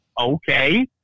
okay